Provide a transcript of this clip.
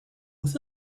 was